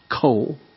coal